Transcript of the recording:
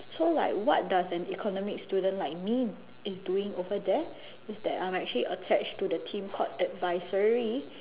so like what does an economic student like me is doing over there is that I'm actually attached to the team called advisory